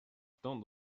don’t